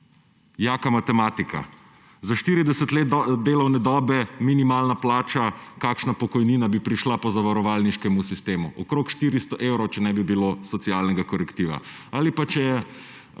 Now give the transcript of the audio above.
Jaka matematika. Za 40 let delovne dobe, minimalna plača, kakšna pokojnina bi prišla po zavarovalniškem sistemu? Okrog 400 evrov, če ne bi bilo socialnega korektiva. Ali pa če